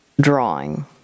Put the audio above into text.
drawing